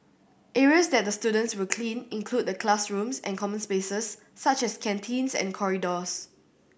areas that the students will clean include the classrooms and common spaces such as canteens and corridors